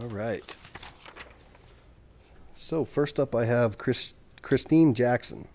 all right so first up i have chris christine jackson